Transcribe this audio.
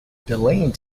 delaying